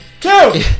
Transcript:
two